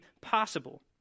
possible